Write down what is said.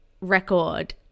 record